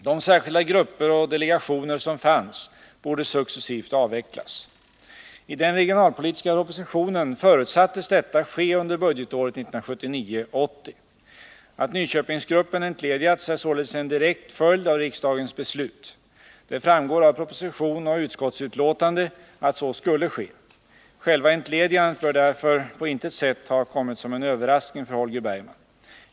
De särskilda grupper och delegationer som fanns borde successivt avvecklas. I den regionalpolitiska propositionen förutsattes detta ske under budgetåret 1979/80. Att Nyköpingsgruppen entledigats är således en direkt följd av riksdagens beslut. Det framgår av propositionen och utskottsbetänkandet att så skulle ske. Själva entledigandet bör därför på intet sätt ha kommit som en överraskning för Holger Bergman.